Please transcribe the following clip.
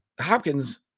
Hopkins